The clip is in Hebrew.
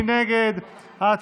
מי נגד?